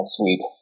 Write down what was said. sweet